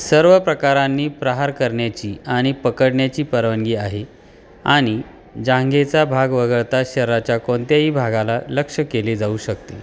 सर्व प्रकारांनी प्रहार करण्याची आणि पकडण्याची परवानगी आहे आणि जांघेचा भाग वगळता शरीराच्या कोणत्याही भागाला लक्ष्य केले जाऊ शकते